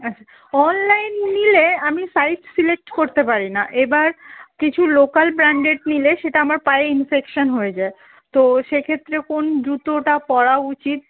আচ্ছা অনলাইন নিলে আমি সাইজ সিলেক্ট করতে পারি না এবার কিছু লোকাল ব্র্যান্ডেড নিলে সেটা আমার পায়ে ইনফেকশান হয়ে যায় তো সে ক্ষেত্রে কোন জুতোটা পরা উচিত